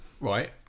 right